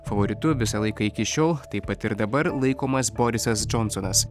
favoritu visą laiką iki šiol taip pat ir dabar laikomas borisas džonsonas